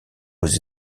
aux